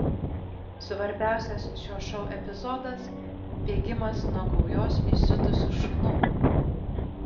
svarbiausias šio šou epizodas bėgimas nuo gaujos įsiutusių šunų